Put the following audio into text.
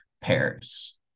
pairs